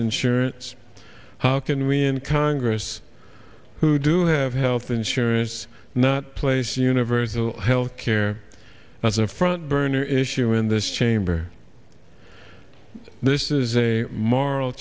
insurance how can we in congress who do have health insurance not place universal health care as a front burner issue in this chamber this is a moral